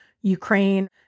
Ukraine